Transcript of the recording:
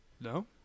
No